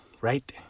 right